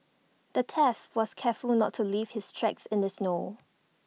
the was careful to not leave his tracks in the snow